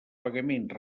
pagaments